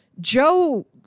Joe